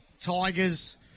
Tigers